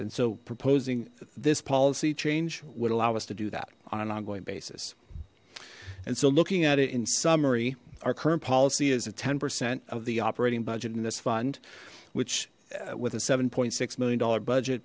and so proposing this policy change would allow us to do that on an ongoing basis and so looking at it in summary our current policy is a ten percent of the operating budget in this fund which with a seven six million dollar budget